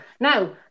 Now